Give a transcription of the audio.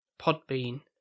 Podbean